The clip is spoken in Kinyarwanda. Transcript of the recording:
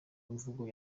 mvugo